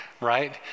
right